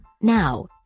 Now